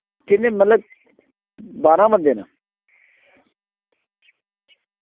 किन्ने मतलब बारां बंदे न